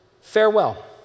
Farewell